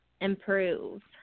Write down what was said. Improve